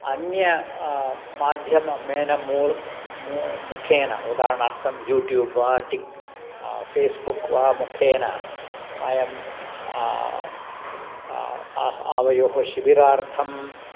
अन्येन माध्यममेन मूलं मू मुखेन उदाहरणार्थं यूट्यूब् वा टिक् फ़ेस्बुक् वा मुखेन वयं आह आवयोः शिबिरार्थं